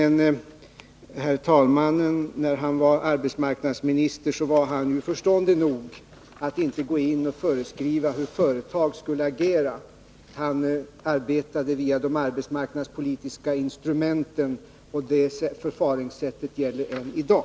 När herr talmannen var arbetsmarknadsminister var han förståndig nog att inte gå in och föreskriva hur företag skulle agera. Han arbetade via de arbetsmarknadspolitiska instrumenten, och det förfaringssättet gäller än i dag.